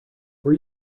were